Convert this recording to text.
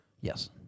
Yes